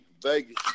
Vegas